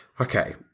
Okay